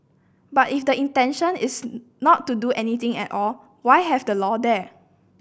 but if the intention is not do anything at all why have the law there